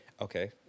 Okay